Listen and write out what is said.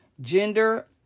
Gender